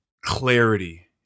clarity